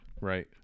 Right